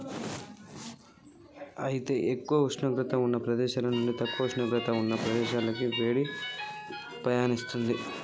అయితే ఎక్కువ ఉష్ణోగ్రత ఉన్న ప్రదేశాల నుండి తక్కువ ఉష్ణోగ్రత ఉన్న ప్రదేశాలకి వేడి పయనిస్తుంది